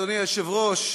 אדוני היושב-ראש,